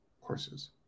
courses